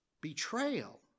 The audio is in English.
betrayal